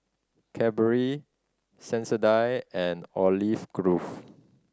Cadbury Sensodyne and Olive Grove